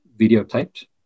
videotaped